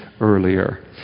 Earlier